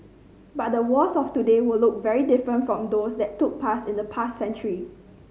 but the wars of today will look very different from those that took place in the past century